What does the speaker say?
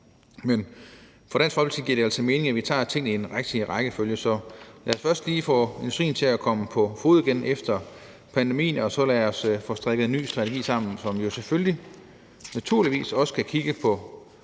men for Dansk Folkeparti giver det altså mening, at vi tager tingene i den rigtige rækkefølge, så lad os først lige få industrien til at komme på fode igen efter pandemien, og lad os så få strikket en ny strategi sammen, som jo naturligvis også skal kigge på